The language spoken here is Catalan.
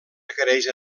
requereix